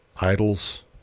Idols